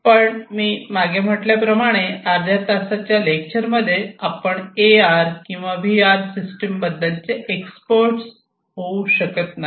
पण मी मागे म्हटल्या प्रमाणे अर्ध्या तासाच्या लेक्चर मध्ये आपण ए आर किंवा व्ही आर सिस्टम बद्दलचे एक्सपर्ट होऊ शकत नाही